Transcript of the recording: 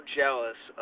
jealous